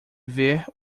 ver